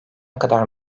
kadar